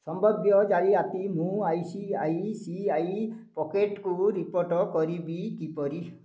ସମ୍ଭାବ୍ୟ ଜାଲିଆତି ମୁଁ I C I C I ପକେଟ୍କୁ ରିପୋର୍ଟ କରିବି କିପରି